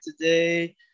today